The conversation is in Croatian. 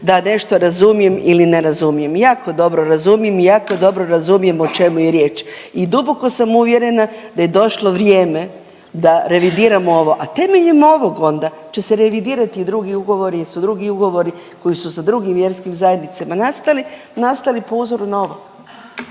da nešto razumijem ili ne razumijem. Jako dobro razumijem i jako dobro razumijem o čemu je riječ i duboko sam uvjerena da je došlo vrijeme da revidiramo ovo, a temeljem ovog onda će se revidirati i drugi ugovori jer su drugi ugovori koji su sa drugim vjerskim zajednicama nastali, nastali po uzoru na ovo.